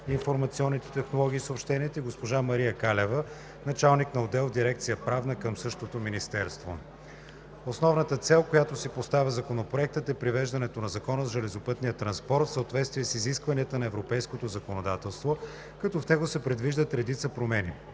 информационните технологии и съобщенията, и госпожа Мария Калева – началник на отдел в дирекция „Правна“ към същото министерство. Основната цел, която си поставя Законопроектът, е привеждането на Закона за железопътния транспорт в съответствие с изискванията на европейското законодателство, като в него се предвиждат редица промени.